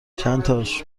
چنتاش